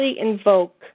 invoke